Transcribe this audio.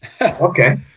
Okay